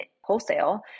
wholesale